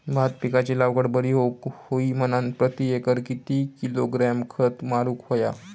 भात पिकाची लागवड बरी होऊक होई म्हणान प्रति एकर किती किलोग्रॅम खत मारुक होया?